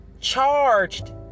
charged